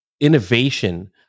innovation